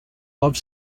love